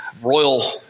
royal